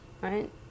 right